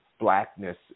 blackness